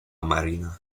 marina